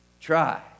Try